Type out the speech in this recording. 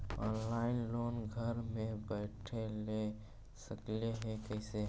Online loan घर बैठे ले सकली हे, कैसे?